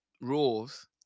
rules